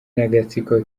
n’agatsiko